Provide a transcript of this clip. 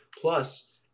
plus